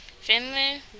Finland